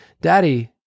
Daddy